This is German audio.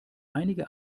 einige